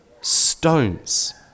stones